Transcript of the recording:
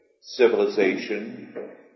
civilization